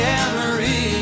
Memory